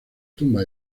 tumba